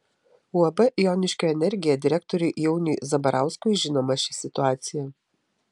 uab joniškio energija direktoriui jauniui zabarauskui žinoma ši situacija